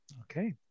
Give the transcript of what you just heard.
Okay